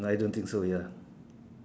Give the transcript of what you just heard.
I don't think so ya